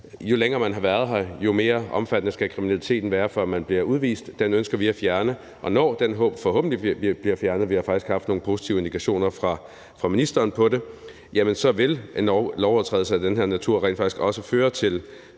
jo længere man har været her, jo mere omfattende skal kriminaliteten være, før man bliver udvist, ønsker vi at fjerne, og når den forhåbentlig bliver fjernet – vi har faktisk hørt nogle positive indikationer fra ministeren om det – så vil en lovovertrædelse af den her natur rent faktisk også kunne føre til